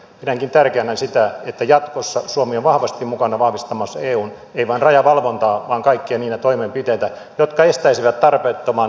näenkin tärkeänä sen että jatkossa suomi on vahvasti mukana vahvistamassa eun ei vain rajavalvontaa vaan kaikkia niitä toimenpiteitä jotka estäisivät tarpeettoman juoksuttamisen